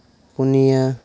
ᱯᱩᱱᱤᱭᱟᱹ